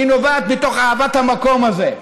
היא נובעת מתוך אהבת המקום הזה.